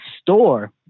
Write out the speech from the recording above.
store